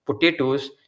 potatoes